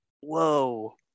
Whoa